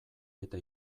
eta